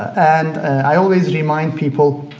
and i always remind people